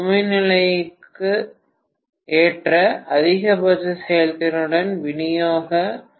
சுமை நிலைக்கு ஒத்த அதிகபட்ச செயல்திறனுடன் விநியோக மின்மாற்றி தேர்வு செய்யப்படுகிறது